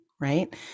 right